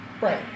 right